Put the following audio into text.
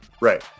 right